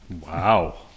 Wow